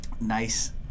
Nice